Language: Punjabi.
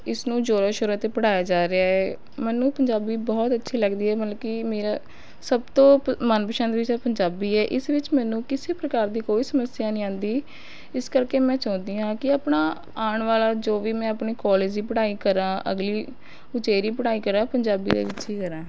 ਇਸਨੂੰ ਜੋਰਾਂ ਸ਼ੋਰਾਂ 'ਤੇ ਪੜ੍ਹਾਇਆ ਜਾ ਰਿਹਾ ਏ ਮੈਨੂੰ ਪੰਜਾਬੀ ਬਹੁਤ ਅੱਛੀ ਲੱਗਦੀ ਹੈ ਮਤਲਬ ਕਿ ਮੇਰਾ ਸਭ ਤੋਂ ਪ ਮਨਪਸੰਦ ਵਿਸ਼ਾ ਪੰਜਾਬੀ ਹੈ ਇਸ ਵਿੱਚ ਮੈਨੂੰ ਕਿਸੇ ਪ੍ਰਕਾਰ ਦੀ ਕੋਈ ਸਮੱਸਿਆ ਨਹੀਂ ਆਉਂਦੀ ਇਸ ਕਰਕੇ ਮੈਂ ਚਾਹੁੰਦੀ ਹਾਂ ਕਿ ਆਪਣਾ ਆਉਣ ਵਾਲਾ ਜੋ ਵੀ ਮੈਂ ਆਪਣੀ ਕੋਲਜ ਦੀ ਪੜ੍ਹਾਈ ਕਰਾਂ ਅਗਲੀ ਉਚੇਰੀ ਪੜ੍ਹਾਈ ਕਰਾਂ ਪੰਜਾਬੀ ਦੇ ਵਿੱਚ ਹੀ ਕਰਾਂ